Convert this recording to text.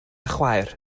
chwaer